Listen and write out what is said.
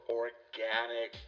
organic